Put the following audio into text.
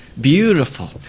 Beautiful